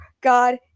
god